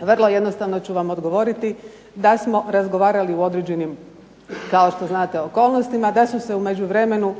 vrlo jednostavno ću vam odgovoriti da smo razgovarali u određenim kao što znate okolnostima, da su se u međuvremenu